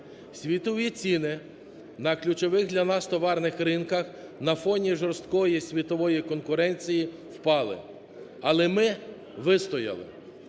Світові ціни на ключових для нас товарних ринках на фоні жорсткої світової конкуренції впали, але ми вистояли.